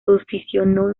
posicionó